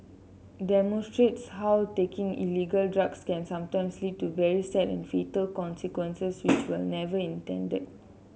demonstrates how taking illegal drugs can sometimes lead to very sad and fatal consequences which were never intended